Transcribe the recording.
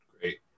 great